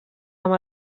amb